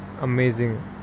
amazing